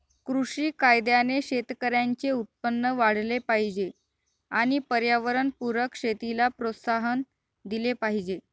कृषी कायद्याने शेतकऱ्यांचे उत्पन्न वाढले पाहिजे आणि पर्यावरणपूरक शेतीला प्रोत्साहन दिले पाहिजे